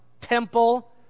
temple